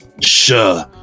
Sure